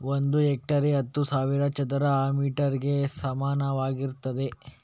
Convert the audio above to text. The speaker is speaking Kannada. ಒಂದು ಹೆಕ್ಟೇರ್ ಹತ್ತು ಸಾವಿರ ಚದರ ಮೀಟರ್ ಗೆ ಸಮಾನವಾಗಿರ್ತದೆ